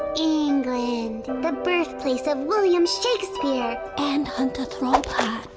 england. the birthplace of william shakespeare. and hunter throbheart.